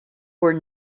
were